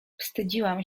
wstydziłam